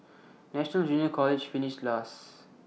national junior college finished last